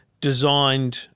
designed